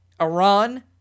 Iran